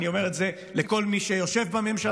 ואני אומר את זה לכל מי שיושב בממשלה,